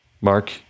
Mark